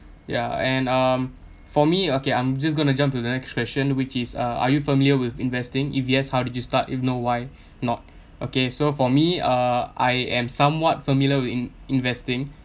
yeah and um for me okay I'm just gonna jump to the next question which is uh are you familiar with investing if yes how did you start if no why not okay so for me uh I am somewhat familiar with in~ investing